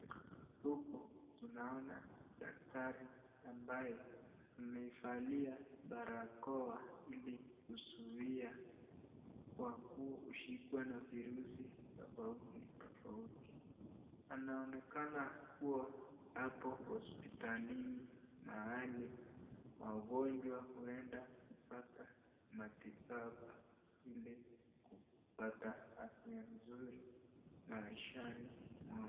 Huku, tunaona daktari, ambaye, amevalia, barakoa, ili kusuia, kushikwa na virusi tofauti tofauti, anaonekana kuwa hapo hospitalini na, mahali wagonjwa huenda kupata matibabu, ili kupata afya nzuri, maishani mwao.